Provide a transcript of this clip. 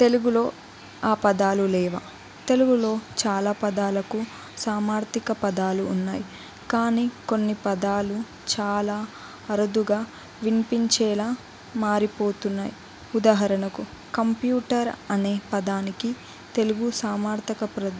తెలుగులో ఆ పదాలు లేవా తెలుగులో చాలా పదాలకు సమానర్థక పదాలు ఉన్నాయి కానీ కొన్ని పదాలు చాలా అరుదుగా వినిపించేలాగ మారిపోతున్నాయి ఉదహరణకు కంప్యూటర్ అనే పదానికి తెలుగు సమానార్థక ప్ర